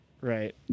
Right